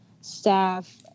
staff